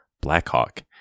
Blackhawk